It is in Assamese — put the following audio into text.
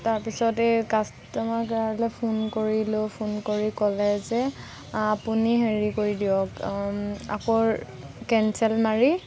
তাৰ পিছতে এই কাষ্টমাৰ কেয়াৰলৈ ফোন কৰিলোঁ ফোন কৰি ক'লে যে আপুনি হেৰি কৰি দিয়ক আকৌ কেনঞ্চেল মাৰি